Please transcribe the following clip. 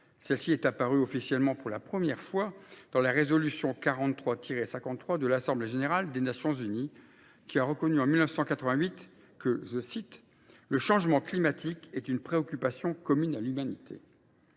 Celle ci est apparue officiellement pour la première fois dans la résolution 43/53 de l’Assemblée générale des Nations unies, qui a reconnu en 1988 que « le changement climatique [était] une préoccupation commune à l’humanité ».